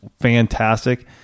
fantastic